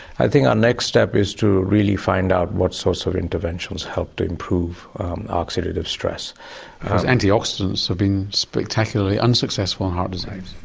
i think our next step is to really find out what sorts of interventions help to improve oxidative stress. because antioxidants have been spectacularly unsuccessful in heart disease.